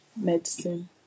medicine